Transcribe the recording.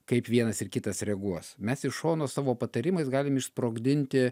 kaip vienas ir kitas reaguos mes iš šono savo patarimais galim išsprogdinti